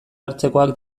hartzekoak